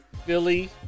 Philly